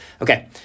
Okay